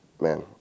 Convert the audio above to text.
man